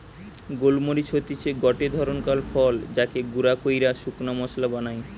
গোল মরিচ হতিছে গটে ধরণকার ফল যাকে গুঁড়া কইরে শুকনা মশলা বানায়